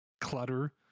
clutter